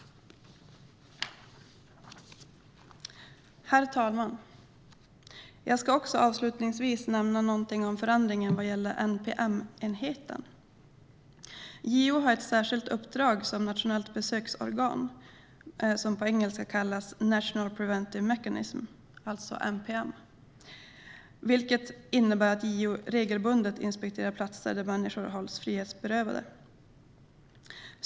Herr talman! Jag ska avslutningsvis också nämna något om förändringen vad gäller NPM-enheten. JO har ett särskilt uppdrag som nationellt besöksorgan - som på engelska kallas National Preventive Mechanism, NPM - vilket innebär att JO regelbundet inspekterar platser där människor hålls frihetsberövade.